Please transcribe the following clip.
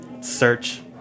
search